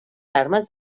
armes